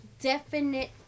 definite